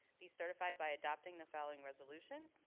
be certified by adopting the following resolution.